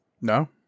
No